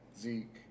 Zeke